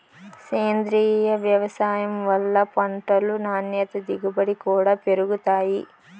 సేంద్రీయ వ్యవసాయం వల్ల పంటలు నాణ్యత దిగుబడి కూడా పెరుగుతాయి